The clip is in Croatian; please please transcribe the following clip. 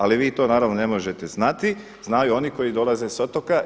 Ali vi to naravno ne možete znati, znaju oni koji dolaze sa otoka.